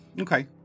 Okay